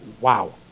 wow